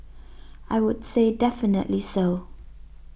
I would say definitely so